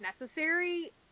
necessary